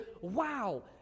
Wow